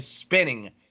spinning